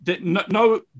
no